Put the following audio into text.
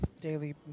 daily